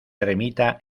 ermita